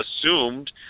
assumed